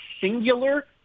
singular